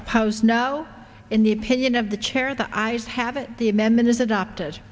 opposed no in the opinion of the chair the eyes have it the amendment is adopted